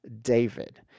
David